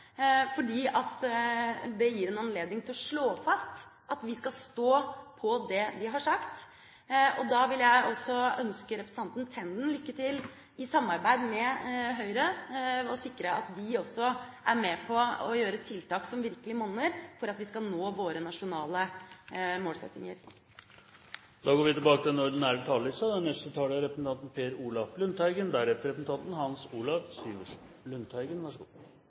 det gir en anledning til å slå fast at vi skal stå på det vi har sagt. Da vil jeg også ønske representanten Tenden lykke til med i samarbeid med Høyre å sikre at de også er med på å gjøre tiltak som virkelig monner for at vi skal nå våre nasjonale målsettinger. Replikkordskiftet er dermed omme. Revidert nasjonalbudsjett omhandler hovedlinjene i den økonomiske politikken og utsiktene for norsk økonomi framover, men er